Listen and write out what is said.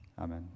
amen